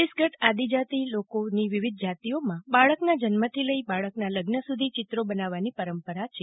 છત્તીસગઢ આદિજાતિ લોકોની વિવિધ જાતિઓમાં બાળકનાં જન્મ થી લઇ બાળકનાં લગ્ન સુધી ચિત્રો બનાવવાની પરંપરા છે